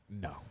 No